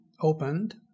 opened